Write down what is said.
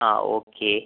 ആ ഓക്കെ